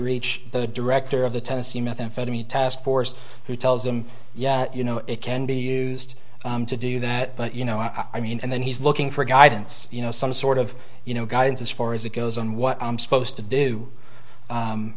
reach the director of the tennessee methamphetamine task force who tells them yeah you know it can be used to do that but you know i mean and then he's looking for guidance you know some sort of you know guidance as far as it goes on what i'm supposed to do